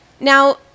Now